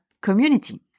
community